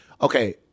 okay